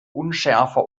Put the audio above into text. unschärfer